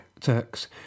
Turks